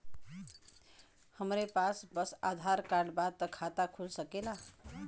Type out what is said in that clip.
हमरे पास बस आधार कार्ड बा त खाता खुल सकेला?